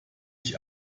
ich